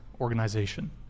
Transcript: organization